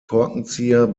korkenzieher